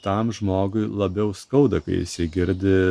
tam žmogui labiau skauda kai visi girdi